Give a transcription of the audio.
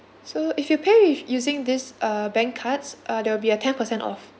so if you pay with using this uh bank cards uh there'll be a ten percent off